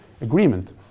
agreement